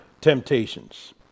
temptations